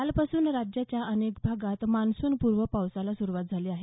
कालपासून राज्याच्या अनेक भागात मान्सूनपूर्व पावसाला सुरवात झाली आहे